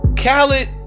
Khaled